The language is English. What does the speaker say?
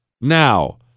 Now